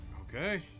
Okay